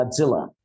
Godzilla